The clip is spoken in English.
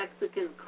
Mexican